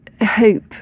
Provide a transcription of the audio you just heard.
hope